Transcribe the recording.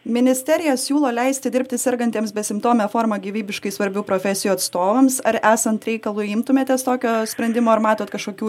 ministerija siūlo leisti dirbti sergantiems besimptome forma gyvybiškai svarbių profesijų atstovams ar esant reikalui imtumėtės tokio sprendimo ar matot kažkokių